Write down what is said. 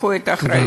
תיקחו את האחריות.